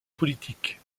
politique